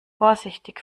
vorsichtig